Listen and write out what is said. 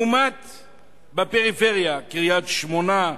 לעומת בפריפריה: קריית-שמונה,